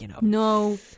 No